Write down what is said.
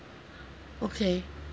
okay